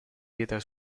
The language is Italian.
pietra